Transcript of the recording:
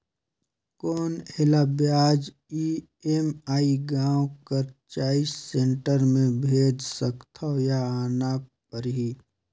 कौन एला ब्याज ई.एम.आई गांव कर चॉइस सेंटर ले भेज सकथव या आना परही?